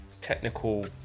technical